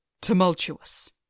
tumultuous